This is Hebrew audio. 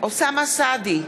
אוסאמה סעדי,